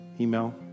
email